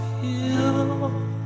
feel